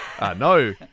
no